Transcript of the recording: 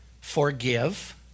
forgive